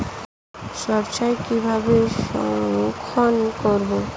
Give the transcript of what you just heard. সরষে কিভাবে সংরক্ষণ করব?